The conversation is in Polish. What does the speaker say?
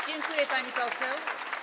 Dziękuję, pani poseł.